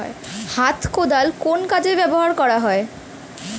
হাত কোদাল কোন কাজে ব্যবহার করা হয়?